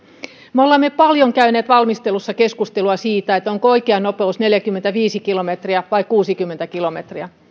me olemme paljon käyneet valmistelussa keskustelua siitä onko oikea nopeus neljäkymmentäviisi kilometriä vai kuusikymmentä kilometriä